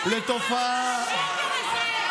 לתופעה,